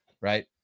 right